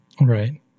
right